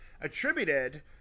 attributed